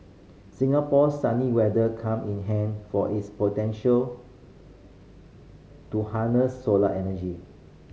Singapore's sunny weather come in handy for its potential to harness solar energy